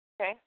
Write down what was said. Okay